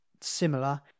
similar